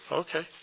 okay